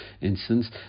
instance